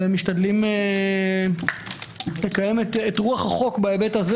ומשתדלים לקיים את רוח החוק בהיבט הזה